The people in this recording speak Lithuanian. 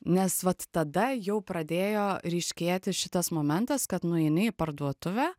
nes vat tada jau pradėjo ryškėti šitas momentas kad nueini į parduotuvę